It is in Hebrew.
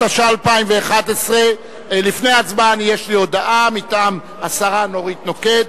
התשע"א 2011. לפני ההצבעה יש הודעה מטעם השרה אורית נוקד.